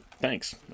Thanks